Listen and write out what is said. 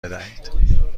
بدهید